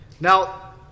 Now